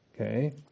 Okay